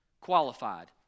qualified